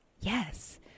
yes